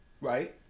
Right